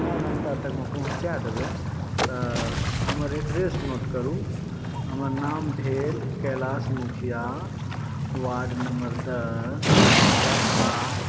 ता तक में पहुँचा देबय तऽ हमर एड्रेस नोट करूँ हमर नाम भेल कैलाश मुखिया वार्ड नम्बर दस बलहा